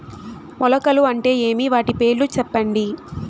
మొలకలు అంటే ఏమి? వాటి పేర్లు సెప్పండి?